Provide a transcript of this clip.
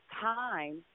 time